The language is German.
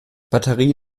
batterie